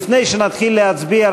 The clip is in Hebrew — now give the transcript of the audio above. לפני שנתחיל להצביע,